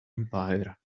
empire